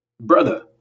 Brother